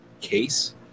case